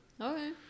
Okay